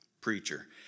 preacher